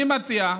אני מציע,